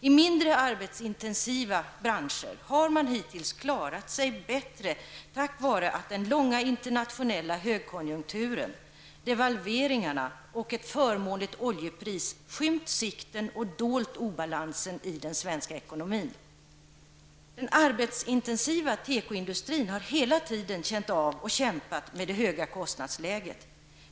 I mindre arbetsintensiva branscher har man hittills klarat sig bättre tack vare att den långa internationella högkonjunkturen, devalveringarna och ett förmånligt oljepris skymt sikten och dolt obalansen i den svenska ekonomin. Den arbetsintensiva tekoindustrin har hela tiden känt av och kämpat med det höga kostnadsläget.